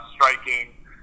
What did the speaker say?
striking